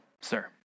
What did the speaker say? sir